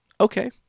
Okay